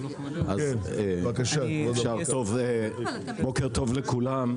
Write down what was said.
בוקר טוב לכולם.